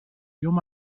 llom